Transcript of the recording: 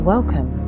Welcome